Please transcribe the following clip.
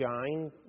shine